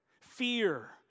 fear